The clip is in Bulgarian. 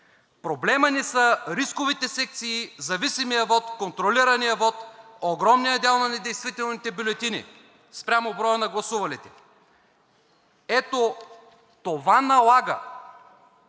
проблемът ни са рисковите секции, зависимият вот, контролираният вот, огромният дял на недействителните бюлетини спрямо броя на гласувалите. Ето това налага